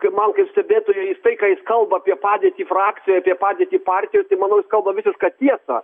kaip man kaip stebėtojui jis tai ką jis kalba apie padėtį frakcijoj apie padėtį partijoj tai manau kalba visišką tiesą